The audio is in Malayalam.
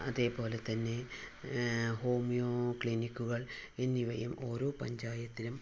അതേപോലെത്തന്നെ ഹോമിയോ ക്ലിനിക്കുകൾ എന്നിവയും ഓരോ പഞ്ചായത്തിലും